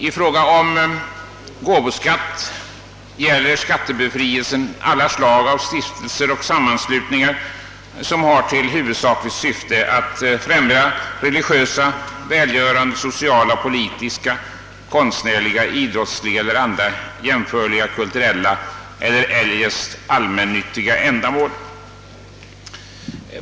I fråga om gåvoskatt gäller skattebefrielsen alla slag av stiftelser och sammanslutningar som har till huvudsakligt syfte att främja religiösa, välgörande, sociala, politiska, konstnärliga, idrottsliga eller andra därmed jämförliga kulturella eller eljest allmännyttiga ändamål.